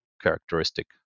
characteristic